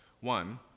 One